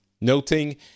noting